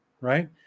right